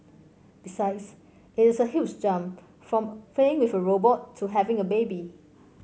besides it is a huge jump from playing with a robot to having a baby